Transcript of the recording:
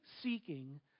seeking